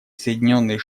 соединенные